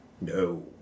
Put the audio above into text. No